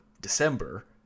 December